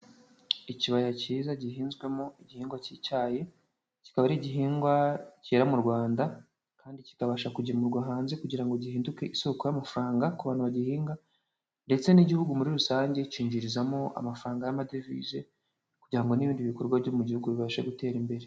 Ikibaya cyiza gihinzwemo igihingwa cy'icyayi, kikaba ari igihingwa cyera mu Rwanda kandi kikabasha kugemurwa hanze, kugira ngo gihinduke isoko y'amafaranga ku bantu bagihinga ndetse n'igihugu muri rusange cyinjirizamo amafaranga y'amadevize; kugira ngo n'ibindi bikorwa byo mu gihugu bibashe gutera imbere.